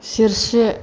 सेरसे